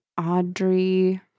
Audrey